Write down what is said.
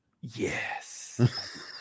Yes